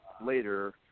later